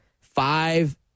Five